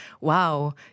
wow